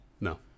No